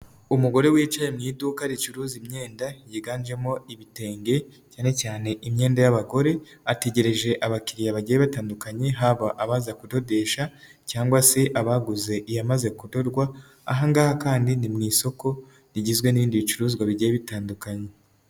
Umugore wicaye mu iduka ricuruza imyenda yiganjemo ibitenge cyane cyane imyenda y'abagore, ategereje abakiriya bagiye batandukanye haba abaza kudodesha cyangwa se abaguze iyamaze kudodwa, ahangaha kandi ni mu isoko rigizwe n'ibindi bicuruzwa bigiye bitandukanye.